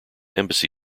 embassy